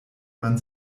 man